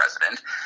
President